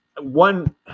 one